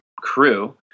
crew